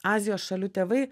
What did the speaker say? azijos šalių tėvai